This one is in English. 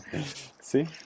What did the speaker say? See